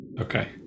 Okay